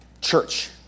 church